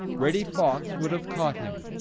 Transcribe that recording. reddy fox would have caught him.